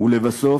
ולבסוף,